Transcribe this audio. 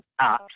apps